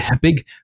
big